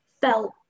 felt